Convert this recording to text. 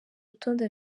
rutonde